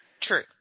True